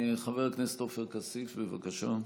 חבר הכנסת עופר כסיף, בבקשה.